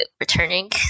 returning